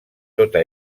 tota